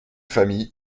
familles